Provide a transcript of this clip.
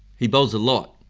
he bowls a lot.